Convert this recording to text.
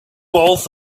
both